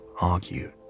argued